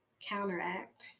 counteract